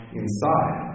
inside